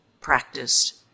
practiced